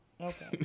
Okay